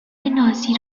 نازی